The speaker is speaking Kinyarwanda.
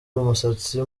umusatsi